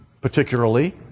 particularly